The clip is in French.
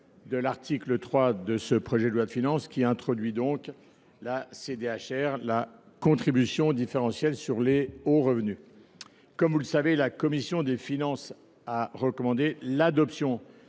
l’article 3 du projet de loi de finances pour 2025 introduit la contribution différentielle sur les hauts revenus (CDHR). Comme vous le savez, la commission des finances a recommandé l’adoption